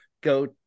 go